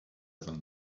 them